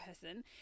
person